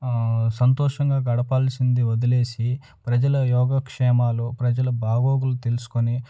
సంతోషంగా గడపాల్సింది వదిలేసి ప్రజల యోగక్షేమాలు ప్రజలు బాగోగులు తెలుసుకుని